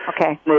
Okay